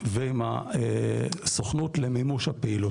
ועם הסוכנות למימוש הפעילות.